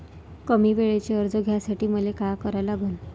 कमी वेळेचं कर्ज घ्यासाठी मले का करा लागन?